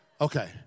Okay